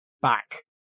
back